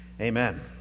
amen